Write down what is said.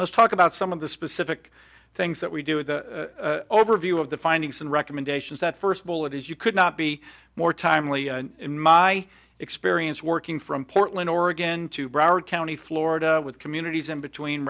let's talk about some of the specific things that we do in the overview of the findings and recommendations that first of all it is you could not be more timely in my experience working from portland oregon to broward county florida with communities and between